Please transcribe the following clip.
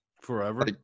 Forever